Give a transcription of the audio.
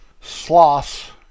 sloths